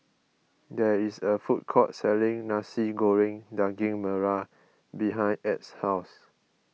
there is a food court selling Nasi Goreng Daging Merah behind Add's house